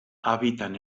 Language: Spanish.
habitan